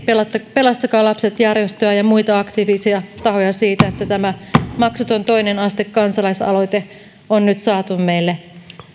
pelastakaa lapset järjestöä ja muita aktiivisia tahoja siitä että tämä maksuton toinen aste kansalaisaloite on nyt saatu meille